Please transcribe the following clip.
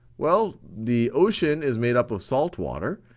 well the ocean is made up of salt water,